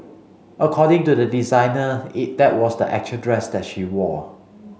according to the designer that was the actual dress that she wore